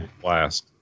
Blast